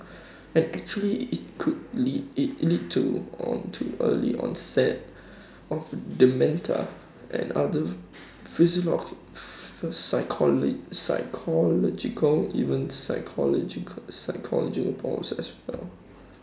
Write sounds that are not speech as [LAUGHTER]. and actually IT could lead IT lead to on to early onset of dementia and other [UNINTELLIGIBLE] psychological even psychological psychological problems as well